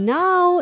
now